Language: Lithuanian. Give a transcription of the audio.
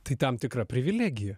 tai tam tikra privilegija